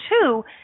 two